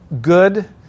good